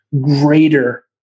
greater